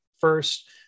first